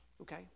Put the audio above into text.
okay